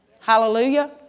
Hallelujah